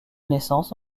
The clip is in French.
naissances